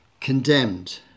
condemned